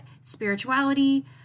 spirituality